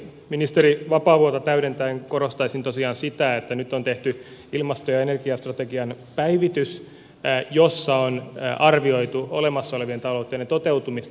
ministeri vapaavuorta täydentäen korostaisin tosiaan sitä että nyt on tehty ilmasto ja energiastrategian päivitys jossa on arvioitu olemassa olevien tavoitteiden toteutumista